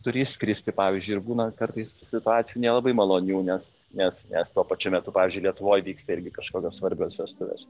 turi išskristi pavyzdžiui ir būna kartais situacijų nelabai malonių nes nes nes tuo pačiu metu pavyzdžiui lietuvoj vyksta irgi kažkokios svarbios vestuvės